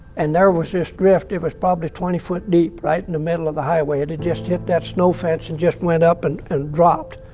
and there was this drift, it was probably twenty foot deep, right in the middle of the highway. it had just hit that snow fence and just went up and and dropped.